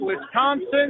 Wisconsin